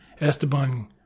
Esteban